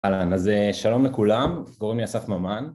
אהלן, אז שלום לכולם, קוראים לי אסף ממן